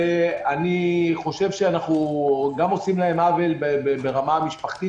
אני חושב שאנחנו עושים להם עוול ברמה המשפחתית